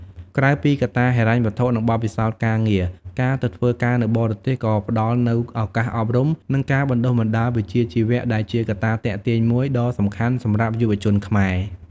ក្រៅពីកត្តាហិរញ្ញវត្ថុ និងបទពិសោធន៍ការងារ ការទៅធ្វើការនៅបរទេសក៏ផ្ដល់នូវឱកាសអប់រំ និងការបណ្ដុះបណ្ដាលវិជ្ជាជីវៈ ដែលជាកត្តាទាក់ទាញមួយដ៏សំខាន់សម្រាប់យុវជនខ្មែរ។